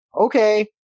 okay